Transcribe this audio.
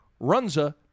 Runza